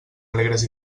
alegres